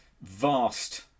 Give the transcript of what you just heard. vast